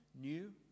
new